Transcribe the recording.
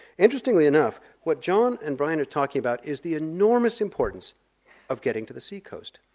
interestingly enough what john and brian are talking about is the enormous importance of getting to the sea coast.